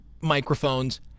microphones